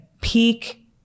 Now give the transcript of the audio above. peak